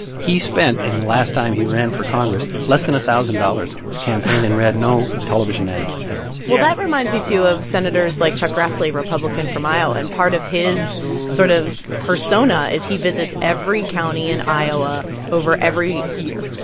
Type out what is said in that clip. he spent, in the last time he ran for congress, less than a thousand dollars on his campaign and had no television ads at all yeah well, that reminds me, too, of senators like chuck grassley, republican from iowa. and part of his sort of persona is he visits every county in iowa over every year,